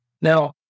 Now